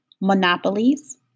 monopolies